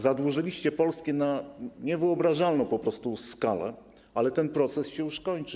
Zadłużyliście Polskę na niewyobrażalną po prostu skalę, ale ten proces się już kończy.